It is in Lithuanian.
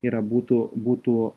yra būtų būtų